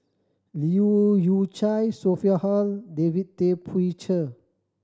Leu Yew Chye Sophia Hull David Tay Poey Cher